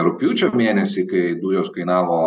rugpjūčio mėnesį kai dujos kainavo